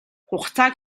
хугацааг